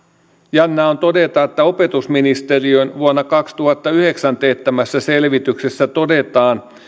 jännä on todeta että opetusministeriön vuonna kaksituhattayhdeksän teettämässä selvityksessä todetaan